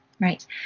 right